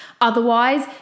Otherwise